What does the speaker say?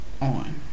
on